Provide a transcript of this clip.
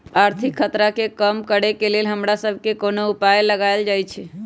आर्थिक खतरा के कम करेके लेल हमरा सभके कोनो उपाय लगाएल जाइ छै